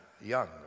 young